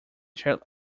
jet